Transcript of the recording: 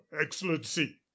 excellency